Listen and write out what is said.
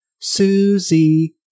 Susie